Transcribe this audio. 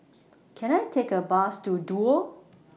Can I Take A Bus to Duo